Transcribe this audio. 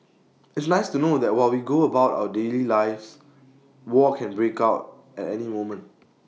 it's nice to know that while we go about our daily lives war can break out at any moment